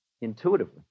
Intuitively